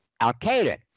Al-Qaeda